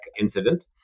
incident